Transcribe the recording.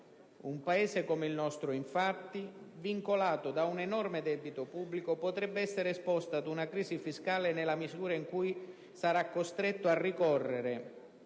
Un Paese come il nostro, infatti, vincolato da un enorme debito pubblico, potrebbe essere esposto ad una crisi fiscale nella misura in cui sarà costretto a ricorrere